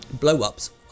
Blow-ups